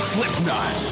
Slipknot